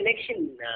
connection